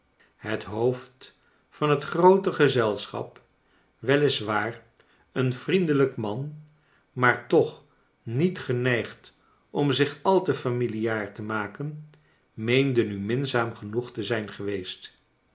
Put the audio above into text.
het hoofd van het groote gezelschap wel is waar een vriendelijk man maar toch niet geneigd om zich al te familiaar te maken meende nu minzaam genoeg te zijn geweest